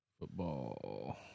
football